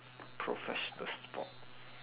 professional sports